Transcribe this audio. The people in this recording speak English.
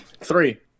Three